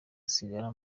asigara